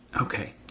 Okay